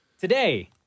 Today